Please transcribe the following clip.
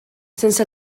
sense